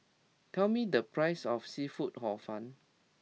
tell me the price of Seafood Hor Fun